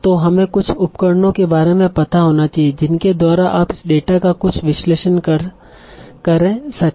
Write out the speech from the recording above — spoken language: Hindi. तों हमें कुछ उपकरणों के बारे में पता होना चाहिए जिनके द्वारा आप इस डेटा का कुछ विश्लेषण करें सके